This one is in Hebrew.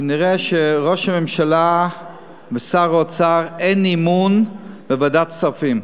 כנראה לראש הממשלה ולשר האוצר אין אמון בוועדת הכספים.